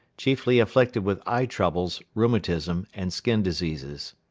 chiefly afflicted with eye troubles, rheumatism and skin diseases.